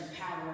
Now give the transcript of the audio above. power